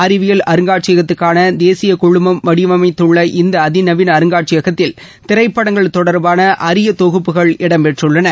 அறிவியல் அருங்காட்சியகத்துக்கான தேசிய குழுமம் வடிவமைத்துள்ள இந்த அதிநவீன அருங்காட்சியகத்தில் திரைப்படங்கள் தொடர்பான அரிய தொகுப்புகள் இடம்பெற்றுள்ளன